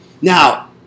Now